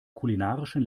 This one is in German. kulinarischen